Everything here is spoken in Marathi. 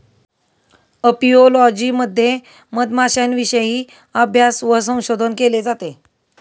अपियोलॉजी मध्ये मधमाश्यांविषयी अभ्यास व संशोधन केले जाते